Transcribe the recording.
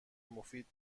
مفید